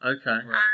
Okay